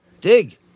dig